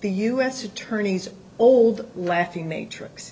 the u s attorney's old laughing matrix